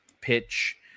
pitch